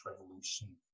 Revolution